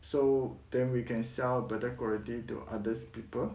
so then we can sell better quality to others people